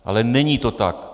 Ale není to tak.